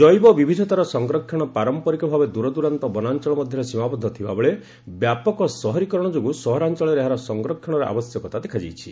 ଜୈବ ବିବିଧତାର ସଂରକ୍ଷଣ ପାରମ୍ପରିକ ଭାବେ ଦୂରଦ୍ ରାନ୍ତ ବନାଞ୍ଚଳ ମଧ୍ୟରେ ସୀମାବଦ୍ଧ ଥିବାବେଳେ ବ୍ୟାପକ ସହରୀକରଣ ଯୋଗୁଁ ସହରାଞଳରେ ଏହାର ସଂରକ୍ଷଣର ଆବଶ୍ୟକତା ଦେଖାଦେଇଛି